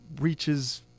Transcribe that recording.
reaches